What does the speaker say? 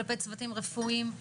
כלפי צוותים רפואיים,